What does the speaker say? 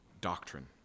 doctrine